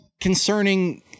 concerning